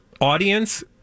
audience